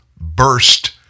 burst